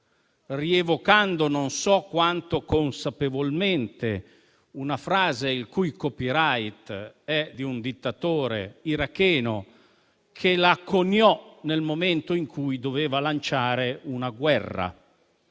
rievocando - non so quanto consapevolmente - una frase il cui *copyright* è di un dittatore iracheno che la coniò nel momento in cui doveva lanciare una guerra.